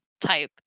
type